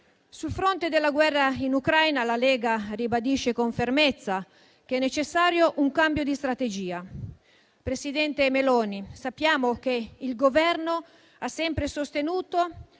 Sul fronte della guerra in Ucraina, la Lega ribadisce con fermezza che è necessario un cambio di strategia. Presidente Meloni, sappiamo che il Governo ha sempre sostenuto